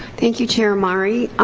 thank you, chair omari.